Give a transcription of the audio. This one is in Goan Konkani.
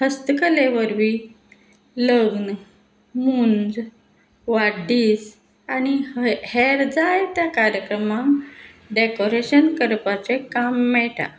हस्तकले वरवीं लग्न मुंज वाडदीस आनी हय हेर जायत्या कार्यक्रमांक डॅकोरेशन करपाचें काम मेळटा